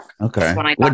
Okay